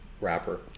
wrapper